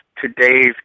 today's